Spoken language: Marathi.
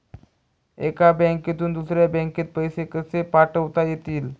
एका बँकेतून दुसऱ्या बँकेत पैसे कसे पाठवता येतील?